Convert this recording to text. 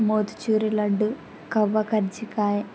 motichoor laddu khova కజ్జికాయ